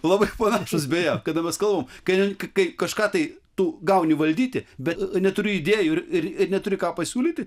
labai panašūs beje kada mes kalbam kai kai kažką tai tu gauni valdyti bet neturi idėjų ir neturi ką pasiūlyti